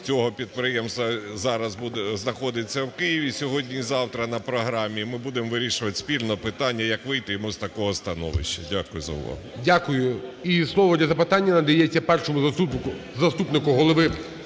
цього підприємства зараз знаходиться в Києві, сьогодні і завтра на програмі. Ми будемо вирішувати спільно питання, як вийти йому з такого становища. Дякую за увагу. ГОЛОВУЮЧИЙ. Дякую. І слово для запитання надається Першому заступнику Голови